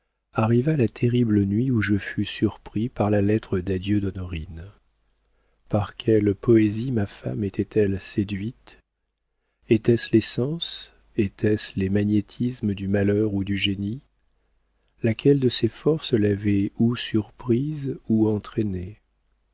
arriva la terrible nuit où je fus surpris par la lettre d'adieu d'honorine par quelle poésie ma femme était-elle séduite étaient-ce les sens étaient-ce les magnétismes du malheur ou du génie laquelle de ces forces l'avait ou surprise ou entraînée